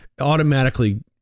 automatically